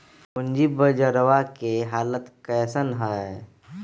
पूंजी बजरवा के हालत कैसन है?